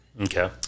okay